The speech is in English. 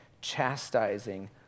chastising